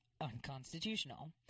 unconstitutional